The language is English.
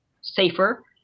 safer